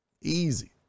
easy